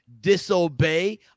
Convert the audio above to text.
disobey